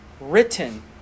written